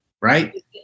Right